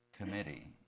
committee